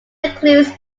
includes